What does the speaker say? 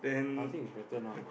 I think it's better now